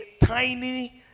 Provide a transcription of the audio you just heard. tiny